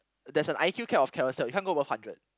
there's an I_Q cap of Carousell you can't go above hundred